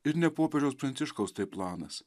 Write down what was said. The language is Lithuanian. ir ne popiežiaus pranciškaus tai planas